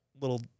little